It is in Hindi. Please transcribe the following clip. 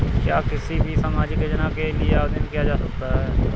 क्या किसी भी सामाजिक योजना के लिए आवेदन किया जा सकता है?